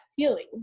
feeling